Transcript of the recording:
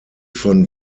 von